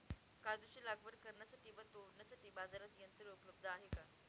काजूची लागवड करण्यासाठी व तोडण्यासाठी बाजारात यंत्र उपलब्ध आहे का?